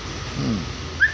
ᱦᱮᱸ